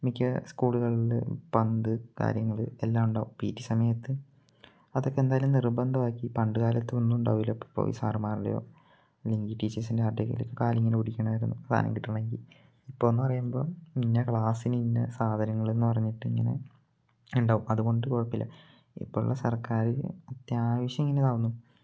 മിക്ക സ്കൂള്കൾൽ പന്ത് കാര്യങ്ങൾ എല്ലാം ഉണ്ടാകും പി റ്റി സമയത്ത് അതൊക്കെ എന്തായാലും നിർബന്ധമാക്കി പണ്ട് കാലത്തൊന്നും ഉണ്ടാവില്ല ഇപ്പപ്പോയി സാറ്മാരുടെയോ അല്ലെങ്കിൽ ടീച്ചേഴസിൻറ്റെ ആരുടെങ്കിലും കാലിങ്ങനെ പിടിക്കണമായിരുന്നു സാധാനം കിട്ടണമെങ്കിൽ ഇപ്പം എന്ന് പറയുമ്പം ഇന്ന ക്ലാസ്സിന് ഇന്ന സാധനങ്ങൾ എന്ന് പറഞ്ഞിട്ട് ഇങ്ങനെ ഉണ്ടാവും അതുകൊണ്ട് കുഴപ്പമില്ല ഇപ്പം ഉള്ള സർക്കാർ അത്യാവശ്യം ഇങ്ങനെത് ആകുന്നു